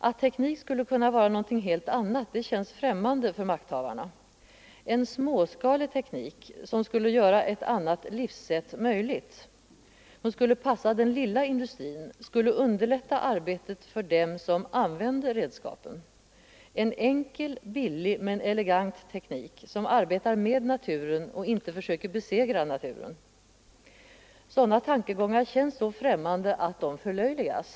Att teknik skulle kunna vara något helt annat känns främmande för makthavarna. En småskalig teknik, som skulle göra ett annat livssätt möjligt, skulle passa den lilla industrin och underlätta arbetet för dem som använder redskapen. Det skulle vara en enkel, billig men elegant teknik som arbetar med naturen och inte försöker besegra den. Sådana tankegångar känns så främmande att de förlöjligas.